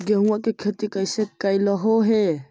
गेहूआ के खेती कैसे कैलहो हे?